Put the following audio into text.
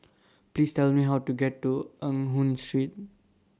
Please Tell Me How to get to Eng Hoon Street